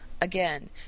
again